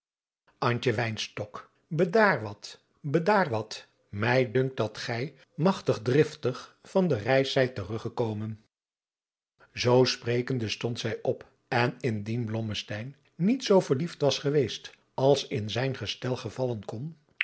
bedaar wat bedaar wat mij dunkt dat gij magtig dristig van de reis zijt teruggekomen zoo sprekende stond zij op en indien blommesteyn niet zoo verliefd was geweest als in zijn gestel vallen kon